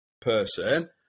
person